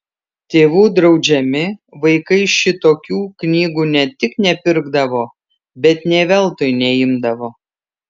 tėvų draudžiami vaikai šitokių knygų ne tik nepirkdavo bet nė veltui neimdavo